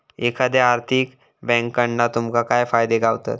एखाद्या आर्थिक बँककडना तुमका काय फायदे गावतत?